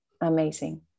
amazing